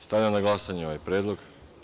Stavljam na glasanje ovaj predlog.